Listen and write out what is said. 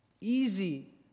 Easy